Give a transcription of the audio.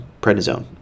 prednisone